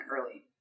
early